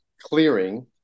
clearing